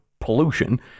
pollution